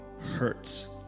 hurts